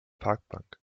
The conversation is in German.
parkbank